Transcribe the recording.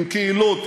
עם קהילות,